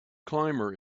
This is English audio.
climber